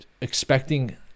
expecting